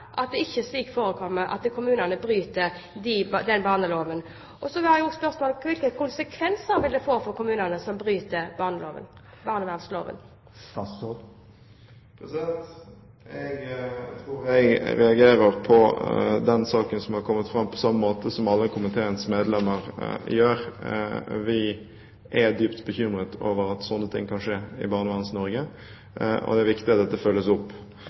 at kommunene ikke bryter barnevernsloven? Og jeg har et spørsmål til: Hvilke konsekvenser vil det få for kommuner som bryter barnevernsloven? Jeg tror jeg reagerer på den saken som er kommet fram, på samme måte som alle komiteens medlemmer gjør. Vi er dypt bekymret over at slike ting kan skje i Barneverns-Norge. Det er viktig at dette følges opp.